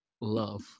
love